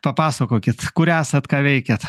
papasakokit kur esat ką veikiat